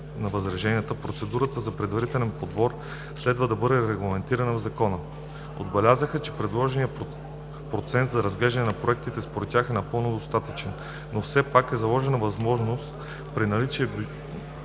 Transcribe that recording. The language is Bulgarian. на възраженията, процедурата за предварителен подбор следва да бъде регламентирана в Закона. Отбелязаха, че предложеният процент за разглеждане на проекти според тях е напълно достатъчен, но все пак е заложена възможност при наличен